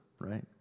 right